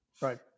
Right